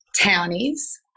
townies